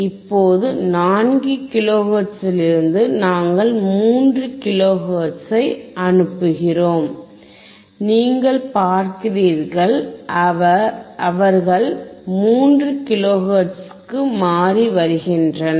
இப்போது 4 கிலோஹெர்ட்ஸில் இருந்து நாங்கள் 3 கிலோ ஹெர்ட்சை அனுப்புகிறோம் நீங்கள் பார்க்கிறீர்கள் அவர்கள் 3 கிலோஹெர்ட்ஸுக்கு மாறி வருகின்றன